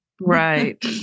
Right